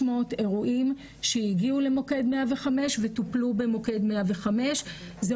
אירועים שהגיעו למוקד 105 וטופלו במוקד 105. זה